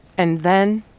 and then.